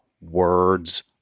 Words